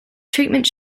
treatment